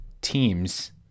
teams